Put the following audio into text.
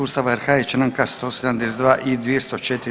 Ustava RH i Članka 172. i 204.